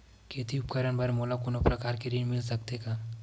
खेती उपकरण बर मोला कोनो प्रकार के ऋण मिल सकथे का?